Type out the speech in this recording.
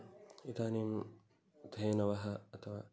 इदानीं धेनवः अथवा